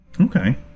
Okay